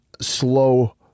slow